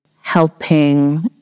helping